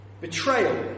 betrayal